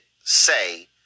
say